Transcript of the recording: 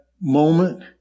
moment